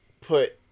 put